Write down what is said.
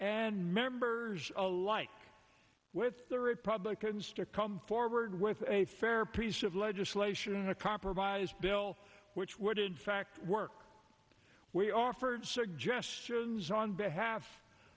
and members of the like with the republicans to come forward with a fair piece of legislation a compromise bill which would in fact work we offered suggestions on behalf